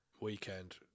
weekend